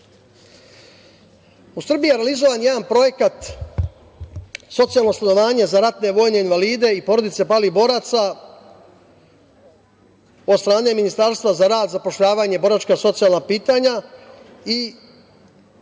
Srbiji je realizovan jedan projekat – socijalno osiguranje za ratne vojne invalide i porodice palih boraca od strane Ministarstva za rad, zapošljavanje, boračka i socijalna pitanja i